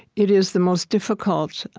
it is the most difficult,